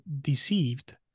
deceived